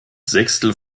sechstel